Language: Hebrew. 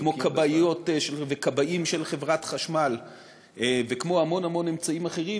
כמו כבאיות וכבאים של חברת חשמל וכמו המון המון אמצעים אחרים,